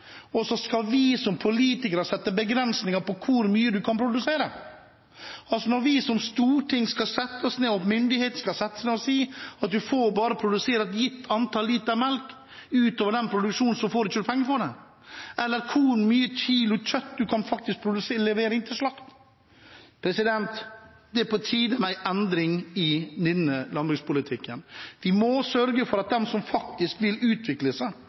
og så skal vi som politikere sette begrensninger for hvor mye man kan produsere. Når vi som storting og myndighet kan sette oss ned og si at du bare får produsere et gitt antall liter melk, og utover den produksjonen får du ikke penger for det, eller si hvor mange kilo kjøtt du kan levere inn til slakt, da er det på tide med en endring i landbrukspolitikken. Vi må sørge for dem som faktisk vil utvikle seg